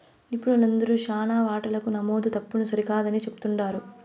నిపుణులందరూ శానా వాటాలకు నమోదు తప్పుని సరికాదని చెప్తుండారు